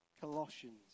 Colossians